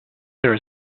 there